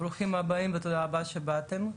ברוכים הבאים ותודה רבה שבאתם.